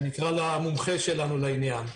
נקרא למומחה שלנו לעניין.